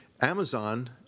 Amazon